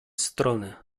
strony